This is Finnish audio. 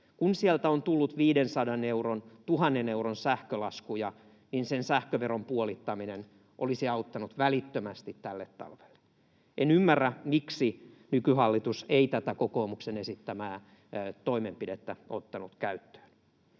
Kun sieltä on tullut 500—1 000 euron sähkölaskuja, niin sähköveron puolittaminen olisi auttanut välittömästi tälle talvelle. En ymmärrä, miksi nykyhallitus ei tätä kokoomuksen esittämää toimenpidettä ottanut käyttöön.